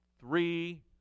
three